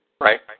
Right